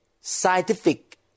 scientific